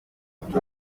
hariya